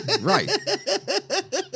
Right